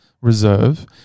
reserve